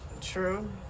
true